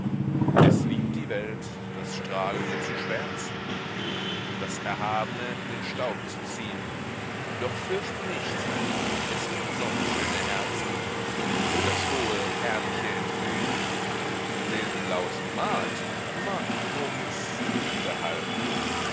es liebt die welt das strahlende zu schwärzen und das erhabne in den staub zu ziehn doch fürchte nicht es gibt noch schöne herzen die für das hohe herrliche entglühn den lauten markt mag momus unterhalten